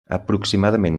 aproximadament